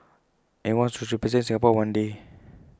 and he wants to represent Singapore one day